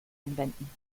anwenden